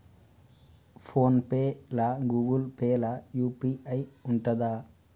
Phone pay లా Google Pay లా UPI ఉంటదా?